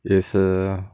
也是